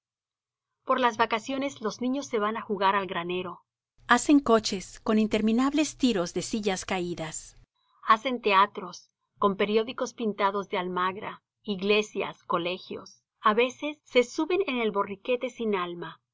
por las vacaciones los niños se van á jugar al granero hacen coches con interminables tiros de sillas caídas hacen teatros con periódicos pintados de almagra iglesias colegios a veces se suben en el borriquete sin alma